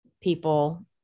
people